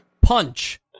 punch